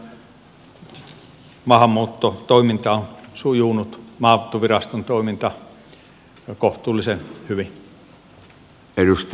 kaiken kaikkiaan maahanmuuttotoiminta maahanmuuttoviraston toiminta on sujunut kohtuullisen hyvin